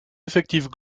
effectifs